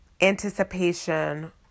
anticipation